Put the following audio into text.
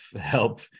help